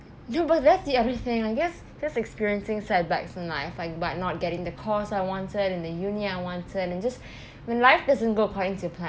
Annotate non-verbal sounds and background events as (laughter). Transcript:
no but that's the everything I guess just experiencing setbacks in life like but not getting the course I wanted and the uni I wanted and just (breath) when life doesn't go according to